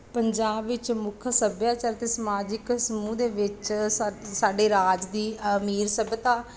ਪੰਜਾਬ ਵਿੱਚ ਮੁੱਖ ਸੱਭਿਆਚਾਰ ਅਤੇ ਸਮਾਜਿਕ ਸਮੂਹ ਦੇ ਵਿੱਚ ਸਾ ਸਾਡੇ ਰਾਜ ਦੀ ਅਮੀਰ ਸੱਭਿਅਤਾ